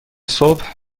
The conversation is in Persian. صبح